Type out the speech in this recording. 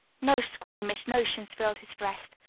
no squeamish notions filled his breast,